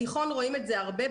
בתיכון רואים את זה הרבה,